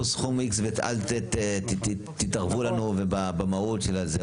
סכום X ואל תתערבו לנו במהות של הזה.